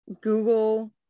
Google